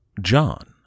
John